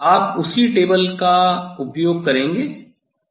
आप उसी टेबल का आप उपयोग करेंगे